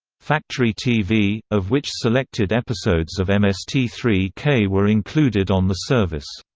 factory tv, of which selected episodes of m s t three k were included on the service.